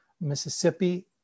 Mississippi